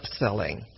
upselling